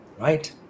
right